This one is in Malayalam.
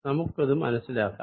നമുക്കിത് മനസിലാക്കാം